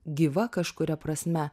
gyva kažkuria prasme